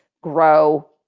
grow